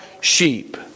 sheep